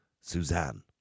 Suzanne